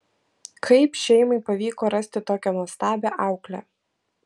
kaip šeimai pavyko rasti tokią nuostabią auklę